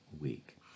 week